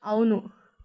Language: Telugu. అవును